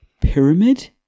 pyramid